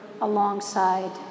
alongside